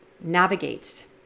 navigate